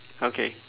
okay